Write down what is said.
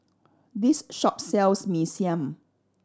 this shop sells Mee Siam